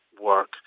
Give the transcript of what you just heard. work